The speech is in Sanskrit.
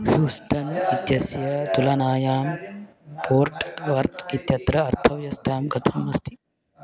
ह्यूस्टन् इत्यस्य तुलनायां पोर्ट् वर्त् इत्यत्र अर्थव्यवस्था कथम् अस्ति